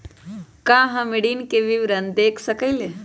का हम ऋण के विवरण देख सकइले?